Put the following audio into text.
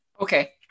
Okay